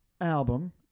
album